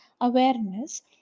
awareness